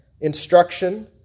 instruction